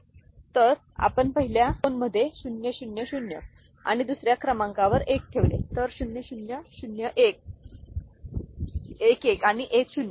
तर आपण पहिल्या दोनमध्ये 0 0 0 आणि दुसर्या क्रमांकावर 1 ठेवले तर 0 0 0 1 1 1 आणि 1 0